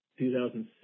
2006